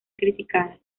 criticada